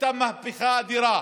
הייתה מהפכה אדירה